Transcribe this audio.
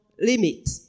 limit